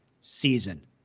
season